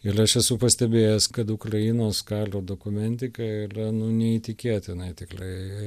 ir aš esu pastebėjęs kad ukrainos karo dokumentika yra nu neįtikėtinai tikrai